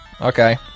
Okay